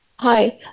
Hi